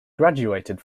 graduated